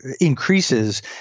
increases